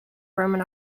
roman